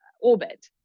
orbit